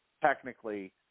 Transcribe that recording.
technically